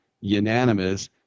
unanimous